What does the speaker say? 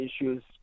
issues